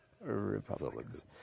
Republicans